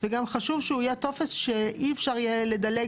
וגם חשוב שהוא יהיה טופס שאי אפשר יהיה לדלג